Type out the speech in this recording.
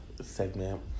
Segment